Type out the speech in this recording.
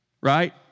Right